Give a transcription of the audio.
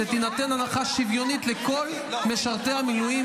שתיתן הנחה שוויונית לכל משרתי המילואים,